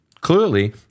Clearly